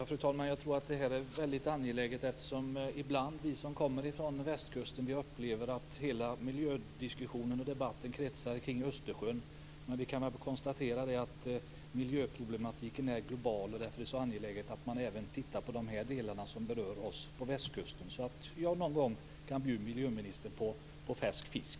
Fru talman! Jag tror att det är väldigt angeläget. Vi som kommer från västkusten upplever ibland att hela miljödiskussionen och debatten kretsar kring Östersjön. Vi kan konstatera att miljöproblematiken är global. Därför är det angeläget att man även tittar på de delar som berör oss på västkusten, så att jag någon gång kan bjuda miljöministern på färsk fisk!